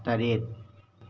ꯇꯔꯦꯠ